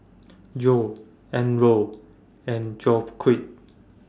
Geo Elroy and Joaquin